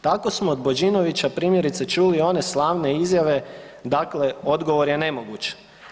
Tako smo od Božinovića primjerice čuli one slavne izjave „dakle odgovor je nemoguć“